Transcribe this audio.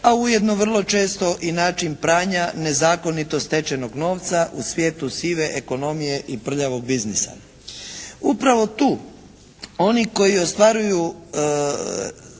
a ujedno vrlo često i način pranja nezakonito stečenog novca u svijetu sive ekonomije i prljavog biznisa. Upravo tu oni koji ostvaruju